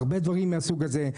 והרבה דברים מהסוג הזה.